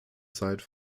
zeit